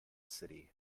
city